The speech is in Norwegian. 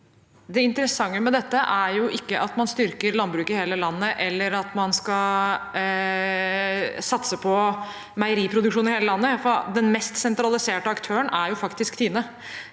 Det interes- sante med dette er jo ikke at man styrker landbruket i hele landet, eller at man skal satse på meieriproduksjon i hele landet. Den mest sentraliserte aktøren er faktisk TINE.